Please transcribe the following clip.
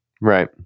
Right